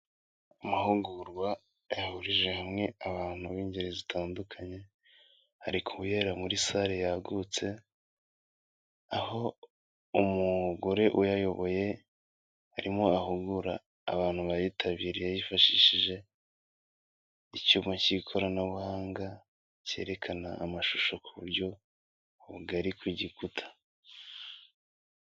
Amahugurwa yahurije hamwe abantu b'ingeri zitandukanye, ari kubera muri salle yagutse, aho umugore uyayoboye arimo ahugura abantu bayitabiriye yifashishije icyuma cy'ikoranabuhanga, cyerekana amashusho ku buryo bugari ku gikuta.